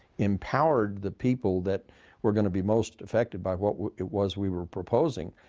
empowered the people that were going to be most affected by what it was we were proposing,